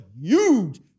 huge